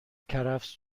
کرفس